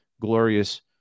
glorious